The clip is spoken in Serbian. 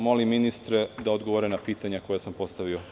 Molim ministre da odgovore na pitanja koja sam postavio.